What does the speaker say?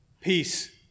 peace